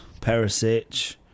Perisic